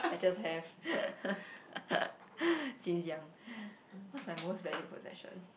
I just have since young what's my most valued possession